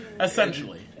Essentially